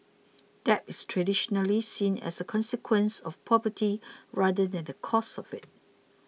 debt is traditionally seen as a consequence of poverty rather than a cause of it